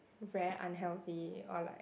very unhealthy or like